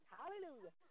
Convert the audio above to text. Hallelujah